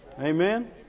Amen